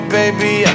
baby